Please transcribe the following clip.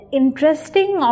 interesting